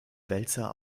wälzer